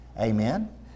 Amen